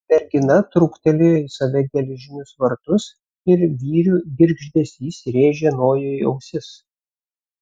mergina truktelėjo į save geležinius vartus ir vyrių girgždesys rėžė nojui ausis